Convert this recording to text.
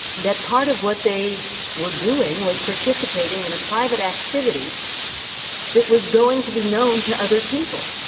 that part of what they were doing was participating in a private activity that was going to be known to other people.